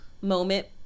moment